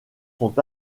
sont